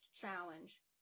challenge